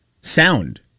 sound